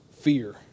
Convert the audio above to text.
fear